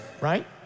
right